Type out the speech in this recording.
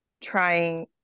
trying